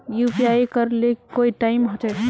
UPI करे ले कोई टाइम होचे?